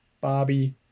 Bobby